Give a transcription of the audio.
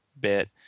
bit